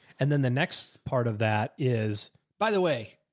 and then the next part of that is by the way,